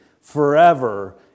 forever